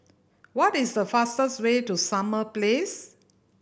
what is the fastest way to Summer Place